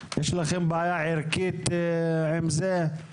יש לכם בעיה ערכית עם זה?